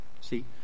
See